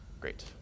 Great